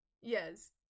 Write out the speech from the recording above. yes